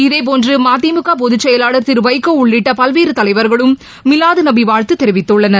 இதேபோன்றுமதிமுகபொதுச்செயலாளர் திருவைகோஉள்ளிட்டபல்வேறுதலைவர்களும் மீலாதுநபிவாழ்த்துதெரிவித்துள்ளனர்